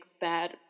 bad